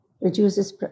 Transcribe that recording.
reduces